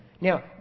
Now